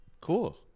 Cool